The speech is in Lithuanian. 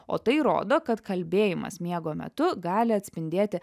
o tai rodo kad kalbėjimas miego metu gali atspindėti